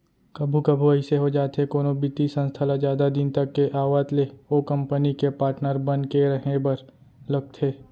कभू कभू अइसे हो जाथे कोनो बित्तीय संस्था ल जादा दिन तक के आवत ले ओ कंपनी के पाटनर बन के रहें बर लगथे